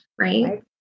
right